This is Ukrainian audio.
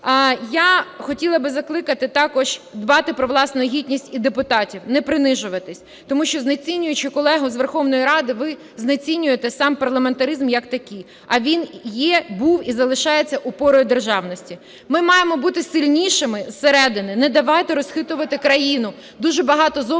Я хотіла би закликати також дбати про власну гідність і депутатів. Не принижуватись, тому що знецінюючи колеги з Верховної Ради, ви знецінюєте сам парламентаризм як такий. А він є, був і залишається опорою державності. Ми маємо бути сильнішими зсередини, не давати розхитувати країну. Дуже багато зовнішніх